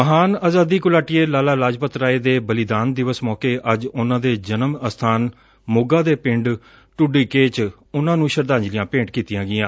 ਮਹਾਨ ਆਜ਼ਾਦੀ ਘੁਲਾਟੀਏ ਲਾਲਾ ਲਾਜਪਤ ਰਾਏ ਦੇ ਬਲੀਦਾਨ ਦਿਵਸ ਮੌਕੇ ਅੱਜ ਉਨਾਂ ਦੇ ਜਨਮ ਅਸਬਾਨ ਮੋਗਾ ਦੇ ਪਿੰਡ ਢੁੱਡੀਕੇ ਚ ਉਨੂਾਂ ਨੂੰ ਸ਼ਰਧਾਂਜਲੀਆਂ ਭੇਂਟ ਕੀਤੀਆਂ ਗਈਆਂ